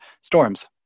storms